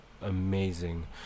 amazing